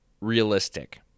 realistic